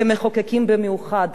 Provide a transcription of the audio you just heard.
כמחוקקים במיוחד,